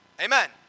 Amen